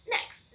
Next